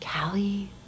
Callie